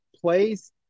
place